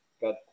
got